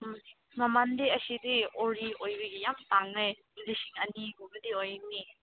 ꯎꯝ ꯃꯃꯟꯗꯤ ꯑꯁꯤꯗꯤ ꯑꯣꯔꯤ ꯑꯣꯏꯕꯒꯤ ꯌꯥꯝ ꯇꯥꯡꯉꯦ ꯂꯤꯁꯤꯡ ꯑꯅꯤꯒꯨꯝꯕꯗꯤ ꯑꯣꯏꯒꯅꯤ